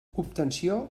obtenció